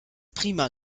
prima